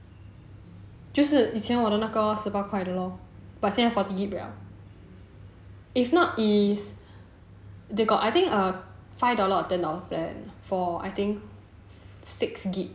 就是以前我的那个十八块的 lor but 现在 forty gig 了 if not it's they got I think five dollar or ten dollar plan for I think six gig